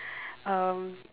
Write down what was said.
um